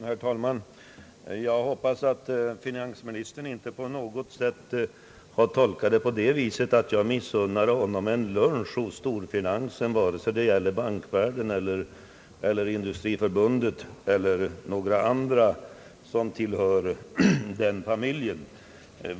Herr talman! Jag hoppas att finansministern inte på något sätt har tolkat mitt uttalande så, att jag missunnar honom en lunch hos storfinansen, vare sig det gäller bankvärlden, industriförbundet eller några andra som tillhör den familjen.